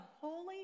holy